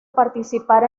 participar